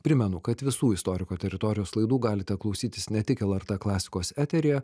primenu kad visų istoriko teritorijos laidų galite klausytis ne tik lrt klasikos eteryje